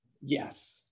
Yes